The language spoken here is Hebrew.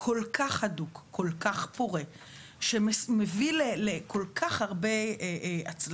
כל כך הדוק, כל כך פורה שמביא לכל כך הרבה הצלחות